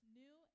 new